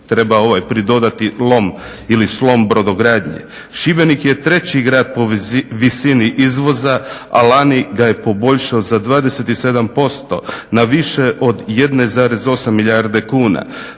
treba pridodati lom ili slom brodogradnje. Šibenik je treći grad po visini izvoza, a lani ga je poboljšao za 27%, na više od 1,8 milijarde kuna.